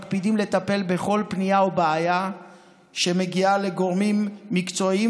מקפידים לטפל בכל פנייה או בעיה שמגיעה לגורמים מקצועיים,